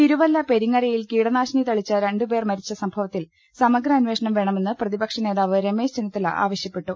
തിരുവല്ല പെരിങ്ങരയിൽ കീടനാശിനി തളിച്ച രണ്ടുപേർ മരിച്ച സംഭവത്തിൽ സമഗ്ര അന്വേഷണം വേണമെന്ന് പ്രതിപക്ഷനേ താവ് രമേശ് ചെന്നിത്തല ആവശ്യപ്പെട്ടു